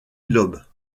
lobes